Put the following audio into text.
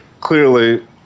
clearly